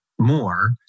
more